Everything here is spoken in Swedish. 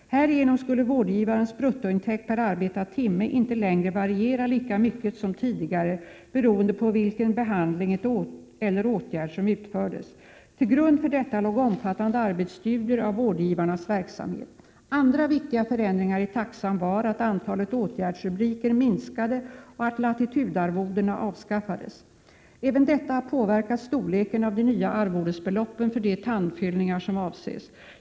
Härigenom skulle vårdgivarens bruttointäkt per arbetad timme inte längre variera lika mycket som tidigare beroende på vilken behandling eller åtgärd som utfördes. Till grund för detta låg omfattande arbetsstudier av vårdgivarnas verksamhet. Andra viktiga förändringar i taxan var att antalet åtgärdsrubriker minskade och att latitudarvodena avskaffades. Även detta har påverkat storleken av de nya arvodesbeloppen för de tandfyllningar som avses.